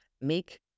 make